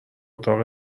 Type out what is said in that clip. اتاق